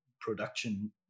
production